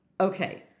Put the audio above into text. Okay